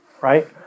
right